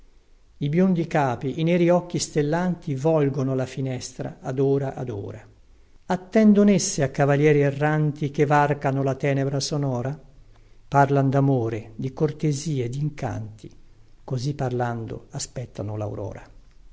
i biondi capi i neri occhi stellanti volgono alla finestra ad ora ad ora attendon esse a cavalieri erranti che varcano la tenebra sonora parlan damor di cortesie dincanti così parlando aspettano laurora